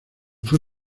fue